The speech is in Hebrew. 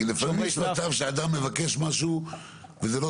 כי לפעמים יש מצב שאדם מבקש משהו וזה לא